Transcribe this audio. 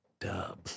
dub